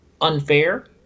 unfair